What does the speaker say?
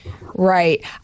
Right